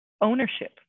ownership